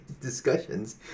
Discussions